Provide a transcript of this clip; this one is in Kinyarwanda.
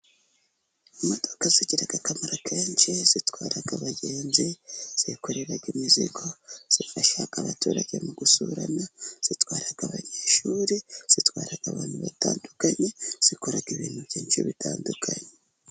Imodoka zagira akamaro akenshi. zitwara abagenzi, zikorera imizigo, zifasha abaturage mu gusurana, zitwara abanyeshuri, zitwara abantu batandukanye, zikora ibintu byinshi bitandukanye.